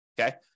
Okay